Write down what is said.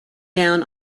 down